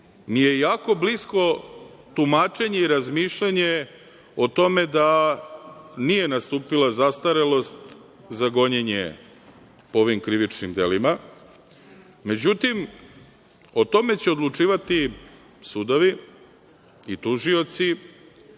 mi je jako blisko tumačenje i razmišljanje o tome da nije nastupila zastarelost za gonjenje po ovim krivičnim delima. Međutim, o tome će odlučivati sudovi i tužioci.